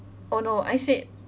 oh no I said